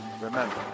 remember